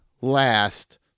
last